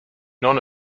none